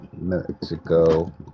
Mexico